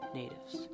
natives